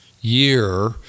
year